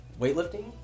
weightlifting